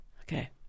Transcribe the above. Okay